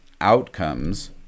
outcomes